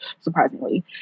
surprisingly